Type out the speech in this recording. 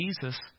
Jesus